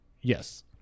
Yes